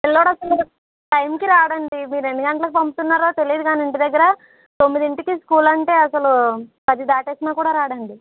పిల్లవాడు అసలు టైంకి రాడు అండి మీరు ఎన్ని గంటలకు పంపుతున్నారో తెలీదు కాని ఇంటి దగ్గర తొమ్మిదింటికి స్కూల్ అంటే అసలు పది దాట వేసినా కూడా రాడు అండి